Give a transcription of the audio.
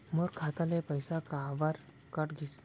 मोर खाता ले पइसा काबर कट गिस?